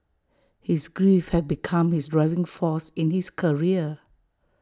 his grief had become his driving force in his career